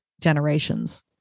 generations